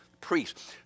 priests